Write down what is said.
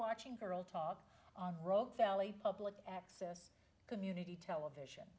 watching girl talk on the road sally public access community television